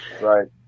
Right